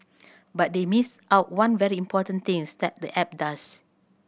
but they missed out one very important things that the app does